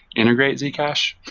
integrate zcash.